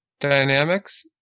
dynamics